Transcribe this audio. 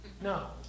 No